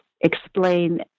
explain